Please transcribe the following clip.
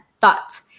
thought